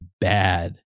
bad